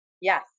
Yes